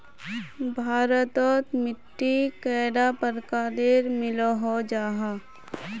भारत तोत मिट्टी कैडा प्रकारेर मिलोहो जाहा?